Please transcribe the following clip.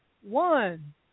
one